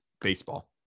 baseball